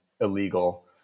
illegal